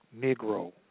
Negro